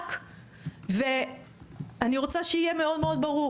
רק ואני רוצה שיהיה מאוד מאוד ברור